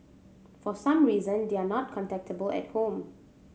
for some reason they are not contactable at home